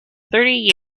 thirty